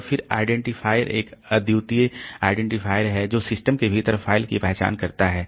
तो फिर आइडेंटिफायर एक अद्वितीय आइडेंटिफायर है जो सिस्टम के भीतर फ़ाइल की पहचान करता है